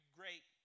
great